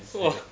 !wah!